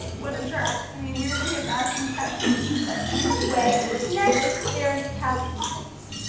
what a jerk. i mean, we were gonna get matching tattoos, but anyway next there's kathy leamons.